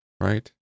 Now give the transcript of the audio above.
right